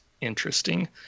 interesting